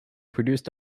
produced